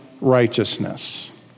righteousness